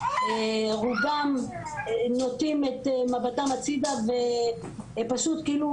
רובם נוטים את מבטם הצידה ופשוט כאילו